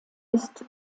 ist